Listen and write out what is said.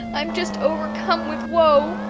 i'm just overcome with woe.